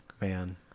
man